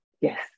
Yes